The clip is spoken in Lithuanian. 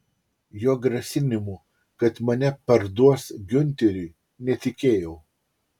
jo grasinimu kad mane parduos giunteriui netikėjau